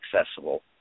accessible